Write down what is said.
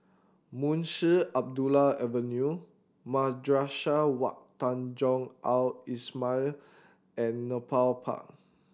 Munshi Abdullah Avenue Madrasah Wak Tanjong Al Islamiah and Nepal Park